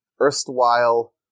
erstwhile